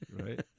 right